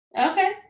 Okay